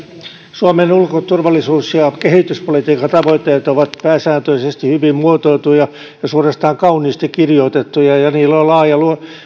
suomen ulko turvallisuus ja kehityspolitiikan tavoitteet ovat pääsääntöisesti hyvin muotoiltuja ja suorastaan kauniisti kirjoitettuja ja niillä on laaja